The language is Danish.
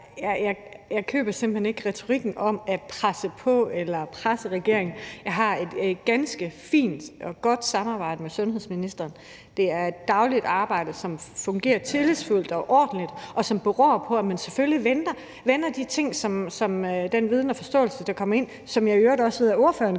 jeg køber simpelt hen ikke den retorik om at presse på med noget eller presse regeringen. Jeg har et ganske fint og godt samarbejde med sundhedsministeren. Det er et dagligt arbejde, som fungerer tillidsfuldt og ordentligt, og som beror på, at man selvfølgelig vender de ting, som den viden og forståelse, der kommer ind, giver – hvilket jeg i øvrigt også ved at ordføreren gør.